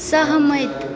सहमति